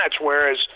whereas